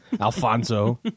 alfonso